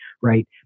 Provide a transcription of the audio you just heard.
right